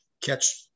catch